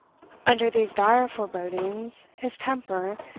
under these dire forebodings, his temper,